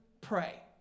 pray